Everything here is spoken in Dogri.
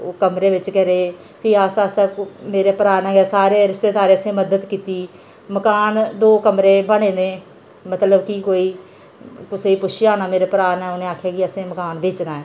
ओह् कमरे बिच्च गै रेह् फ्ही आस्ता आस्ता मेरे भ्राऽ ने गै सारे रिश्तेदारें असें मदद कीती मकान दो कमरे बने दे मतलब कि कोई कुसै गी पुच्छेआ होना मेरे भ्राऽ ने उ'नें आखेआ कि असें मकान बेचना ऐ